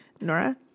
Nora